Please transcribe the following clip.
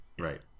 Right